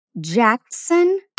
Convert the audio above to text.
Jackson